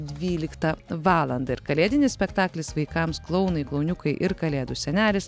dvyliktą valandą ir kalėdinis spektaklis vaikams klounai klauniukai ir kalėdų senelis